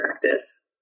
practice